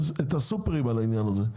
הסופרים על העניין הזה.